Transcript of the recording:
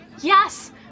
Yes